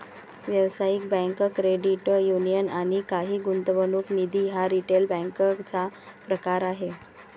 व्यावसायिक bank, credit union आणि काही गुंतवणूक निधी हा रिटेल बँकेचा प्रकार आहे